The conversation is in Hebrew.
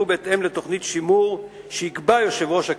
בהתאם לתוכנית שימור שיקבע יושב-ראש הכנסת.